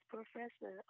Professor